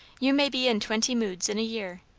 you may be in twenty moods in a year.